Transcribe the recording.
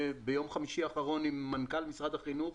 ביום חמישי האחרון היה לי דיון עם המנכ"ל החדש של משרד החינוך,